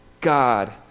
God